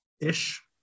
ish